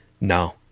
No